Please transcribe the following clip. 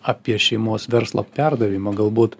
apie šeimos verslo perdavimą galbūt